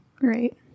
Right